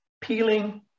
peeling